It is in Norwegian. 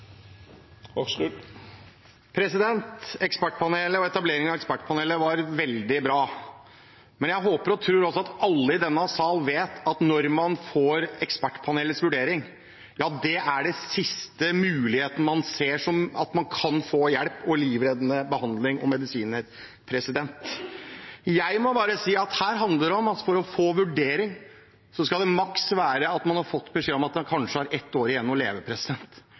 Ekspertpanelet og etablering av Ekspertpanelet var veldig bra. Jeg håper og tror også at alle i denne sal vet at når man får Ekspertpanelets vurdering, er det den siste muligheten man har til å kunne få hjelp og livreddende behandling og medisiner. Jeg må bare si at her handler det om at for å få vurdering skal det være sånn at man har fått beskjed om at man kanskje har maks ett år igjen å leve.